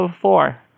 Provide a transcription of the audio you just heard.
four